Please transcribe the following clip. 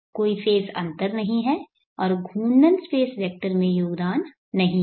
कोई फेज़ अंतर नहीं है और घूर्णन स्पेस वेक्टर में योगदान नहीं है